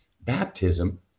baptism